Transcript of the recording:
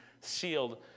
sealed